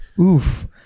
Oof